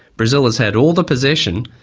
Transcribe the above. brazil has had all the possession,